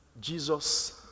Jesus